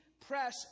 press